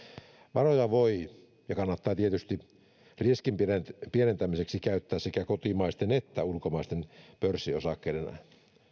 varoja voi ja kannattaa tietysti riskin pienentämiseksi käyttää sekä kotimaisten että ulkomaisten pörssiosakkeiden